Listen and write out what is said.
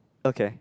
okay